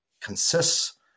consists